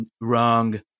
wrong